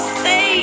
say